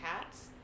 cats